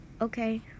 Okay